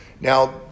Now